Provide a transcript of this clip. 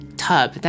tub